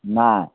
नहि